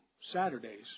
Saturdays